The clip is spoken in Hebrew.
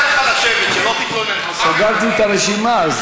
סגרתי את הרשימה,